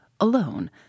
alone